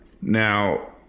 now